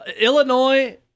Illinois